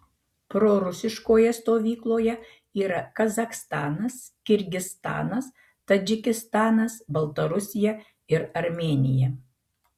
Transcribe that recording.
prorusiškoje stovykloje yra kazachstanas kirgizstanas tadžikistanas baltarusija ir armėnija